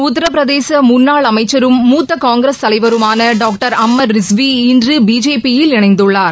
உத்தரப்பிரதேச முன்னாள் அமைச்சரும் மூத்த காங்கிரஸ் தலைவருமான டாக்டர் அம்மர் ரிஸ்வி இன்று பிஜேபியில் இணைந்துள்ளார்